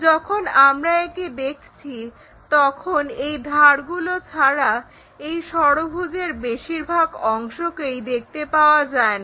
যখন আমরা একে দেখছি তখন এই ধারগুলো ছাড়া এই ষড়ভুজের বেশিরভাগ অংশকেই দেখতে পাওয়া যায় না